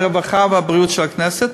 הרווחה והבריאות של הכנסת.